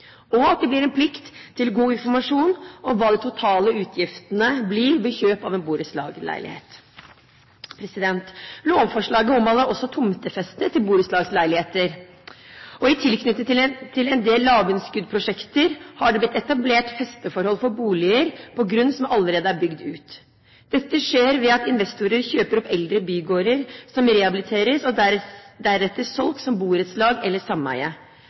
og at det blir en plikt til god informasjon om hva de totale utgiftene blir ved kjøp av en borettslagsleilighet. Lovforslaget omhandler også tomtefeste til borettslagsleiligheter. I tilknytning til en del lavinnskuddsprosjekter har det blitt etablert festeforhold for boliger på grunn som allerede er bygd ut. Dette skjer ved at investorer kjøper opp eldre bygårder som rehabiliteres og deretter selges som borettslag eller sameie. Tomten legges over i et selskap som fester den bort til borettslaget eller